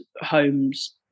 homes